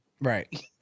Right